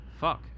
Fuck